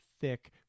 thick